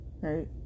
Right